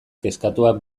kezkatuak